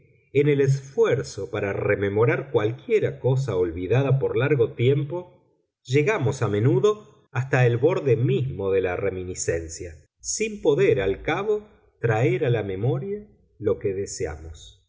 en el esfuerzo para rememorar cualquiera cosa olvidada por largo tiempo llegamos a menudo hasta el borde mismo de la reminiscencia sin poder al cabo traer a la memoria lo que deseamos